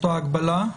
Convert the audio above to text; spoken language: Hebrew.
אותה הגבלה.